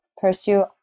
pursue